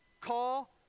call